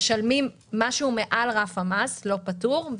משהו מעל רף המס ולא פטור,